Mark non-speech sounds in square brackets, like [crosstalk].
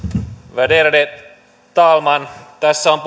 värderade talman tässä on [unintelligible]